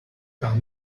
par